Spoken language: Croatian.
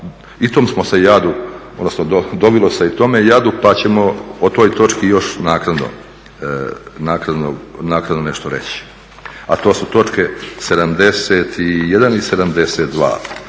i tom smo se jadu odnosno dovilo se i tome jadu pa ćemo o toj točki još naknadno nešto reći, a to su točke 71. i 72.